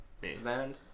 band